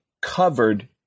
covered